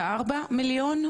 אז בעצם זה לא 34 מיליון?